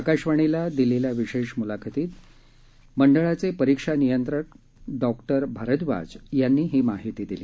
आकाशवाणीला दिलेल्या विशेष मुलाखतीत मंडळाचे परीक्षा नियंत्रक डॉक्टर सनयम भारद्वाज यांनी ही माहिती दिली